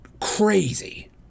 crazy